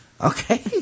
okay